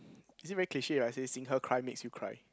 is it very cliche when I say seeing her cry makes you cry